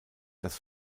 das